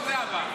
פה זה עבר.